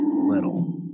Little